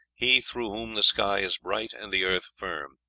he through whom the sky is bright and the earth firm.